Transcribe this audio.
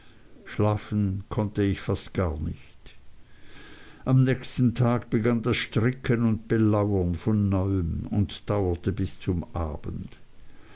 schlafen konnte ich fast gar nicht am nächsten tag begann das stricken und belauern von neuem und dauerte bis zum abend